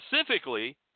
specifically